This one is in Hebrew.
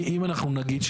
אם אנחנו נגיד,